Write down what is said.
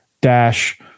Dash